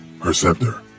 Perceptor